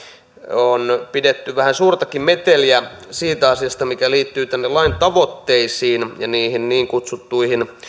on pidetty vähän suurtakin meteliä siitä asiasta mikä liittyy lain tavoitteisiin ja niihin niin kutsuttuihin